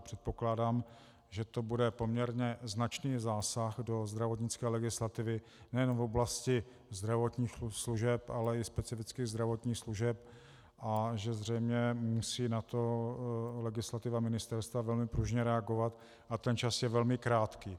Předpokládám, že to bude poměrně značný zásah do zdravotnické legislativy nejenom v oblasti zdravotních služeb, ale i specifických zdravotních služeb a že zřejmě na to musí legislativa ministerstva velmi pružně reagovat, a ten čas je velmi krátký.